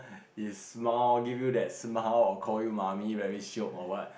his smile give you that smile or call you mummy very shiok or what